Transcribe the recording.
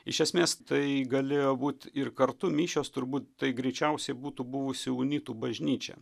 iš esmės tai galėjo būt ir kartu mišios turbūt tai greičiausiai būtų buvusi unitų bažnyčia